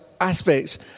aspects